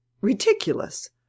ridiculous